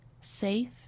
safe